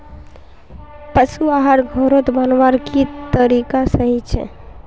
पशु आहार घोरोत बनवार की तरीका सही छे?